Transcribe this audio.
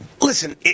listen